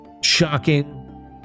shocking